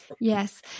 Yes